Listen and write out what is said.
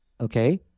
Okay